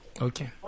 okay